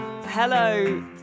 Hello